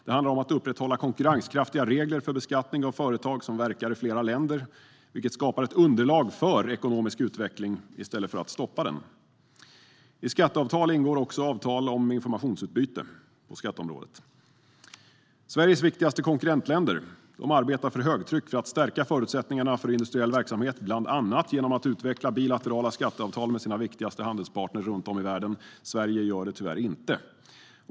Det handlar om att upprätthålla konkurrenskraftiga regler för beskattning av företag som verkar i flera länder, vilket skapar ett underlag för ekonomisk utveckling i stället för att stoppa den. I skatteavtalen ingår också avtal om informationsutbyte på skatteområdet. Sveriges viktigaste konkurrentländer arbetar för högtryck för att stärka förutsättningarna för industriell verksamhet, bland annat genom att utveckla bilaterala skatteavtal med sina viktigaste handelspartner runt om i världen. Sverige gör det tyvärr inte.